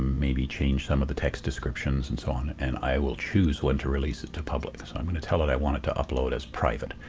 maybe change some of the text descriptions and so on, and i will choose when to release it to public. i'm going to tell it i want it to upload as private.